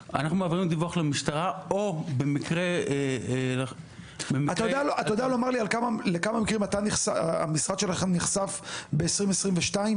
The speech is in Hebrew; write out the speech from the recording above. או במקרה --- אתה יודע לומר לי לכמה מקרים המשרד שלכם נחשף ב-2022?